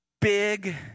big